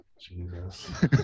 Jesus